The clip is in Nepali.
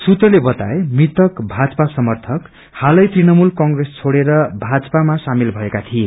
सूत्रले बताए मृतक भाजपा समर्थक हालै तृणमूल कंग्रेस छोडेर भाजपामा शामेल भएका थिए